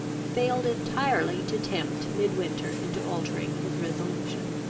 failed entirely to tempt midwinter into altering his resolution.